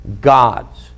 God's